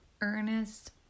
Ernest